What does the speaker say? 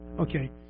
Okay